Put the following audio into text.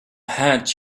hat